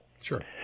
Sure